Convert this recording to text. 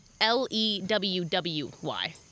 L-E-W-W-Y